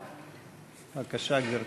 בבקשה, גברתי.